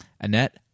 Annette